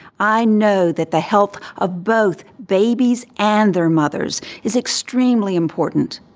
i know that the health of both babies and their mothers is extremely important.